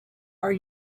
are